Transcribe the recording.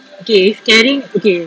okay if caring okay